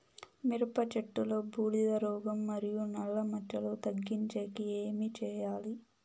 మిరప చెట్టులో బూడిద రోగం మరియు నల్ల మచ్చలు తగ్గించేకి ఏమి చేయాలి?